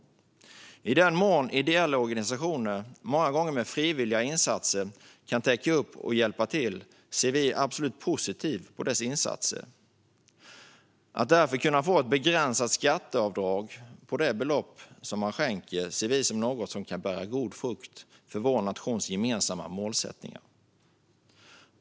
I den mån ideella organisationer, många gånger med frivilliga insatser, kan täcka upp och hjälpa till ser vi absolut positivt på deras insatser. Att därför kunna få ett begränsat skatteavdrag på det belopp som man skänker ser vi som något som kan bära god frukt för vår nations gemensamma målsättningar.